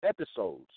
episodes